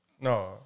No